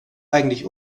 eigentlich